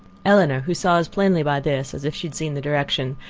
elinor, who saw as plainly by this, as if she had seen the direction,